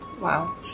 Wow